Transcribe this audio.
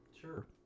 Sure